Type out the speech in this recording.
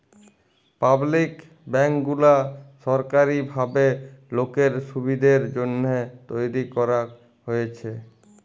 public bank গুলা সরকারি ভাবে লোকের সুবিধের জন্যহে তৈরী করাক হয়েছে